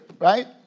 right